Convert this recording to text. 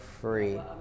free